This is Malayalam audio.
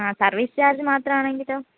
ആ സർവീസ് ചാർജ് മാത്രം ആണെങ്കിലോ